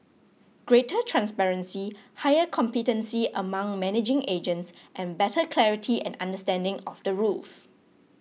greater transparency higher competency among managing agents and better clarity and understanding of the rules